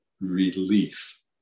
relief